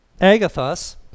agathos